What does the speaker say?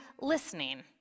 listening